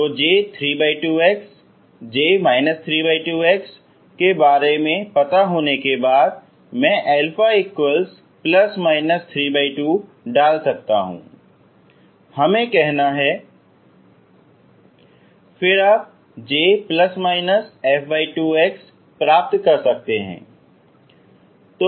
तो J32 x J 32 x के बारे में पता होने के बाद मैं α±32 डाल सकता हूँ हमें कहना है फिर आप J±52 x प्राप्त कर सकते हैं